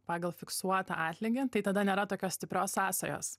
pagal fiksuotą atlygį tai tada nėra tokios stiprios sąsajos